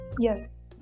yes